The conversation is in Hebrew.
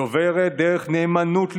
היא עוברת דרך נאמנות לידידים,